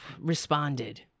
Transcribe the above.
responded